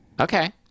Okay